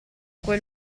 quel